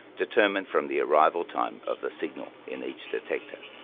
determined from the arrival time of the signal in each detector.